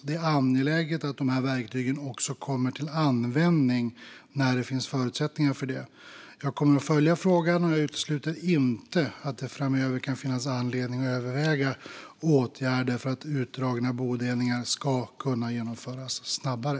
Det är angeläget att de verktygen också kommer till användning när det finns förutsättningar för det. Jag kommer att följa frågan, och jag utesluter inte att det framöver kan finnas anledning att överväga åtgärder för att utdragna bodelningar ska kunna genomföras snabbare.